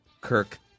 Kirk